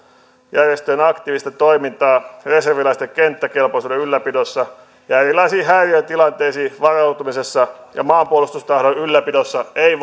järjestöjen aktiivista toimintaa reserviläisten kenttäkelpoisuuden ylläpidossa ja erilaisiin häiriötilanteisiin varautumisessa ja maanpuolustustahdon ylläpidossa ei